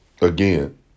again